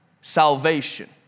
salvation